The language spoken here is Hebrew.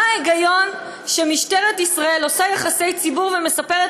מה ההיגיון שמשטרת ישראל עושה יחסי ציבור ומספרת